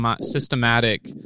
systematic